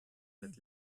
wird